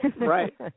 Right